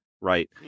Right